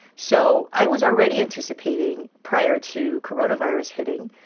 so i was already anticipating, prior to coronavirus hitting,